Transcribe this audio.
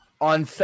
on